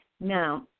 Now